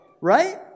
right